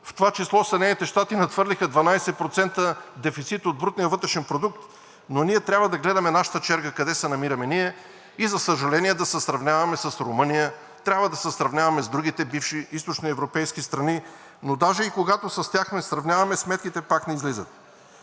в това число Съединените щати, надхвърлиха 12% дефицит от брутния вътрешен продукт. Но ние трябва да гледаме нашата черга, къде се намираме ние, и за съжаление, да се сравняваме с Румъния. Трябва да се сравняваме с другите бивши източноевропейски страни, но даже и когато се сравняваме с тях, сметките пак не излизат.